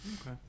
Okay